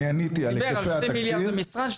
עניתי על היקפי התקציב --- הוא דיבר על 2 מיליארד במשרד,